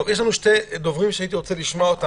יש לנו שני דוברים שאני רוצה לשמוע.